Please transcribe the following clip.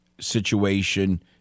situation